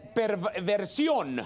perversion